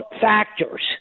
factors